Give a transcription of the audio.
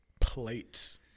plates